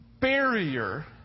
barrier